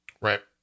right